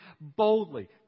boldly